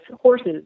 horses